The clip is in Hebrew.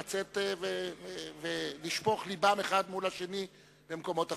לצאת ולשפוך את לבם אחד מול השני במקומות אחרים.